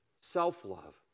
self-love